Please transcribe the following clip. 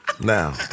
Now